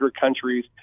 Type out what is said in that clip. countries